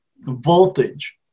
voltage